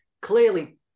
clearly